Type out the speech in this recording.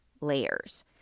layers